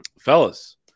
fellas